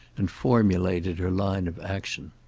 and formulated her line of action.